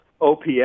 OPS